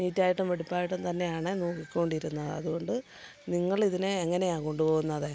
നീറ്റായിട്ടും വെടിപ്പായിട്ടും തന്നെയാണ് നോക്കി കൊണ്ടിരുന്നത് അതുകൊണ്ട് നിങ്ങൾ ഇതിനെ എങ്ങനെയാണ് കൊണ്ടു പോകുന്നത്